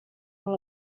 molt